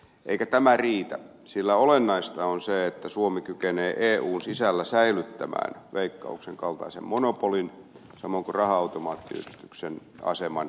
eikä tämä riitä sillä olennaista on se että suomi kykenee eun sisällä säilyttämään veikkauksen kaltaisen monopoliin samoin kuin raha automaattiyhdistyksen aseman suomalaisessa yhteiskunnassa